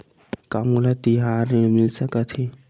का मोला तिहार ऋण मिल सकथे?